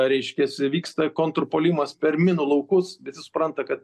reiškias vyksta kontrpuolimas per minų laukus visi supranta kad